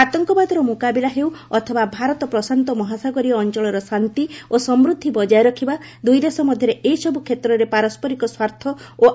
ଆତଙ୍କବାଦର ମୁକାବିଲା ହେଉ ଅଥବା ଭାରତ ପ୍ରଶାନ୍ତ ମହାସାଗରୀୟ ଅଞ୍ଚଳର ଶାନ୍ତି ଓ ସମୃଦ୍ଧି ବଜାୟ ରଖିବା ଦୁଇଦେଶ ମଧ୍ୟରେ ଏ ସବୁ କ୍ଷେତ୍ରରେ ପାରସ୍କରିକ ସ୍ୱାର୍ଥ ଓ ଆଗ୍ରହ ରହିଛି